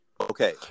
okay